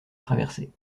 traversée